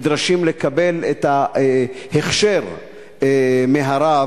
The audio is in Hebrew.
נדרשים לקבל את ההכשר מהרב,